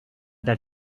that